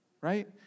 right